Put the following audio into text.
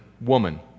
woman